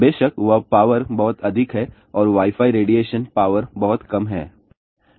बेशक वह पावर बहुत अधिक है और वाई फाई रेडिएशन पावर बहुत कम है